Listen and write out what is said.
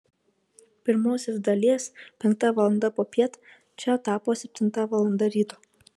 pirmosios dalies penkta valanda popiet čia tapo septinta valanda ryto